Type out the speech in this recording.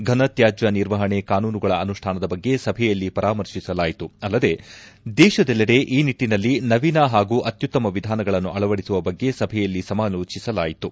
ಫನತ್ಯಾಜ್ಯ ನಿರ್ವಹಣೆ ಕಾನೂನುಗಳ ಅನುಷ್ಠಾನದ ಬಗ್ಗೆ ಸಭೆಯಲ್ಲಿ ಪರಾಮರ್ತಿಸಲಾಯಿತು ಅಲ್ಲದೇ ದೇಶದೆಲ್ಲೆಡೆ ಈ ನಿಟ್ಟನಲ್ಲಿ ನವೀನ ಹಾಗೂ ಅತ್ಯುತ್ತಮ ವಿಧಾನಗಳನ್ನು ಅಳವಡಿಸುವ ಬಗ್ಗೆ ಸಭೆಯಲ್ಲಿ ಸಮಾಲೋಚಿಸಲಾಯಿತು